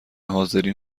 حاضرین